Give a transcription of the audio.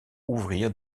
ouvrir